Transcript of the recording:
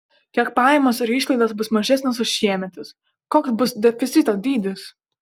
kiek pajamos ir išlaidos bus mažesnės už šiemetes koks bus deficito dydis